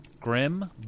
Grim